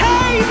Hey